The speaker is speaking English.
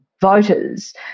voters